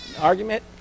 Argument